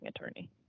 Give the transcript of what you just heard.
attorney